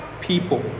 people